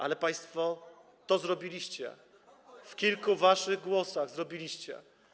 Ale państwo to zrobiliście, w kilku swoich głosach to zrobiliście.